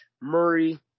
Murray